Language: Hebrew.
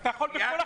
אתה יכול --- 84.